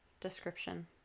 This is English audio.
description